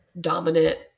dominant